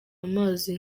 amazi